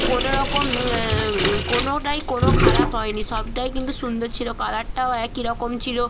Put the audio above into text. কোনো রকম কোনোটাই কোনো খারাপ হয়নি সবটাই কিন্তু সুন্দর ছিল কালারটাও একই রকম ছিল